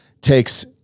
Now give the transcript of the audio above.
takes